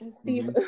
Steve